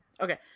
Okay